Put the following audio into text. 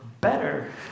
better